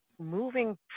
moving